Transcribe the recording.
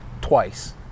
twice